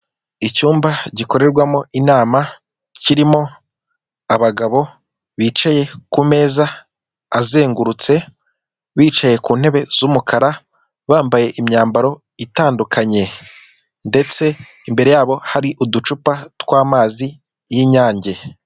Icyumba gikorerwamo inama, kirimo abagabo bicaye ku meza azengurutse. Bicaye ku ntebe z'umukara, bambaye imyambaro itandukanye ndetse imbere yabo hari uducupa tw'amazi y'inyange.